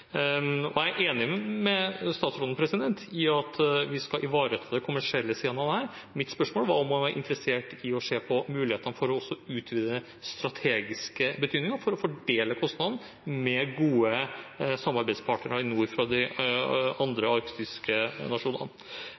interesser. Jeg er enig med statsråden i at vi skal ivareta de kommersielle sidene av dette. Mitt spørsmål var om han var interessert i å se på mulighetene for å utvide den strategiske betydningen, for å dele kostnadene med gode samarbeidspartnere i nord fra de andre arktiske nasjonene.